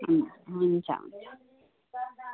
हुन्छ हुन्छ